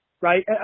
right